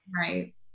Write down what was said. Right